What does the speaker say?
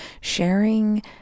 sharing